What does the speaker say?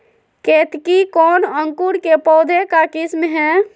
केतकी कौन अंकुर के पौधे का किस्म है?